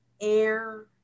air